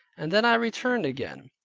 and then i returned again.